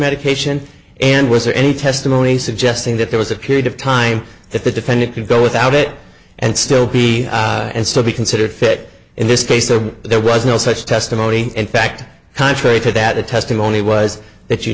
medication and was there any testimony suggesting that there was a period of time that the defendant could go without it and still be and still be considered fit in this case or there was no such testimony in fact contrary to that the testimony was that you